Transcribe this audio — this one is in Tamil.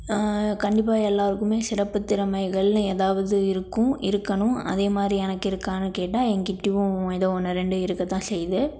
கண்டிப்பாக எல்லாருக்குமே சிறப்புத் திறமைகள்னு ஏதாவது இருக்கும் இருக்கணும் அதேமாதிரி எனக்கு இருக்கானு கேட்டால் எங்கட்டியும் எதோ ஒன்று ரெண்டு இருக்கத்தான் செய்யுது